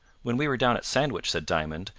when we were down at sandwich, said diamond,